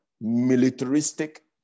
militaristic